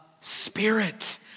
spirit